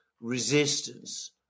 resistance